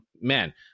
man